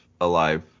alive